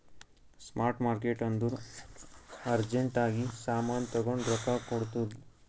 spot market ಅಂದುರ್ urgent ಆಗಿ ಸಾಮಾನ್ ತಗೊಂಡು ರೊಕ್ಕಾ ಕೊಡ್ತುದ್